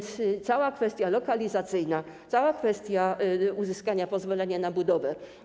Cała kwestia lokalizacyjna, cała kwestia uzyskania pozwolenia na budowę.